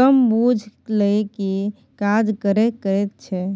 कम बोझ लेइ के काज करे करैत छै